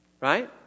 Right